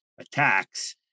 attacks